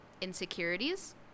insecurities